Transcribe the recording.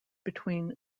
between